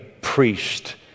priest